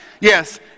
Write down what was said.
Yes